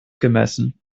gemessen